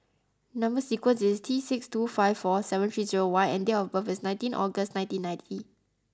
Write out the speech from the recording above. number sequence is T six two five four seven three zero Y nd date of birth is nineteen August nineteen ninety